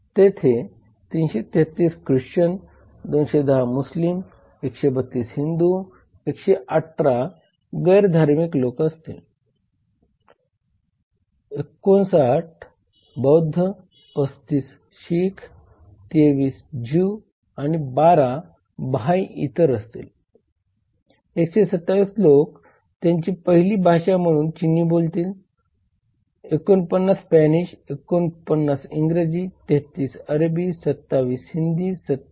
त्यामुळे प्रत्येक नवीन कायद्याला एक वैध तर्क आहे तरी हे व्यवसायाची क्षमता कमी करू शकतात आणि या कायद्यांमुळे व्यवसायाच्या वाढीवर मर्यादा आणण्याचा अनपेक्षित परिणाम होऊ शकतो